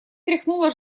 тряхнула